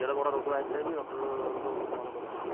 କେଡ଼େ ବଡ଼ ରୋଗ ଆସିଥିଲେ ବି ଡକ୍ଟର ରୋଗ ଭଲ କରିଦେଇ